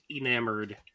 enamored